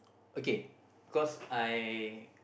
okay cause I